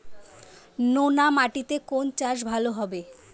নোনা মাটিতে কোন চাষ ভালো হবে?